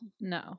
no